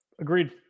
Agreed